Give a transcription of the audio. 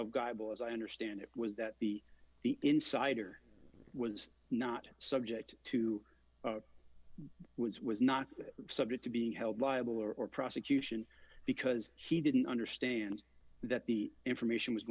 holy bible as i understand it was that the the insider ones not subject to was was not subject to being held liable or or prosecution because he didn't understand that the information was